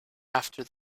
after